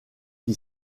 qui